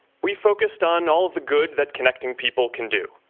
we focused on all of the good that connecting people can do.